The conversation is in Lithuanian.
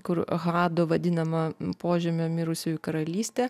kur hadu vadinama požemio mirusiųjų karalystė